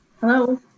Hello